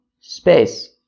space